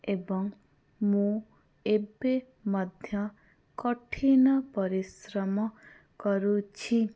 ଏବଂ ମୁଁ ଏବେ ମଧ୍ୟ କଠିନ ପରିଶ୍ରମ କରୁଛି